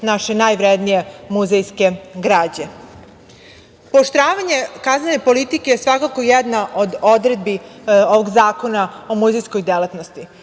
naše najvrednije muzejske građe. Pooštravanje kaznene politike svakako je jedna od odredbi ovog zakona o muzejskoj delatnosti.